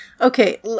Okay